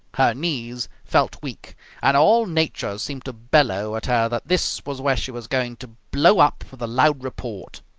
her knees felt weak and all nature seemed to bellow at her that this was where she was going to blow up with a loud report.